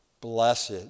Blessed